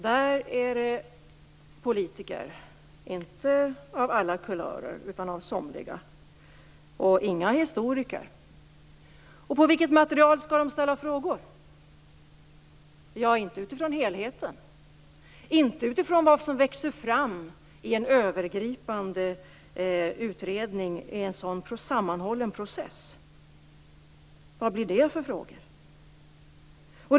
Där är det politiker, inte av alla kulörer, utan av somliga, och inga historiker. På vilket material skall ledamöterna ställa frågor? Ja, inte utifrån helheten. Inte utifrån vad som växer fram i en övergripande utredning i en sammanhållen process. Vad blir det för frågor?